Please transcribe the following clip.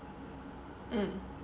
mm